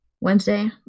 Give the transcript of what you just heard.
Wednesday